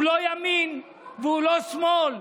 הוא לא ימין והוא לא שמאל.